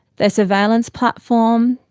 their surveillance platform,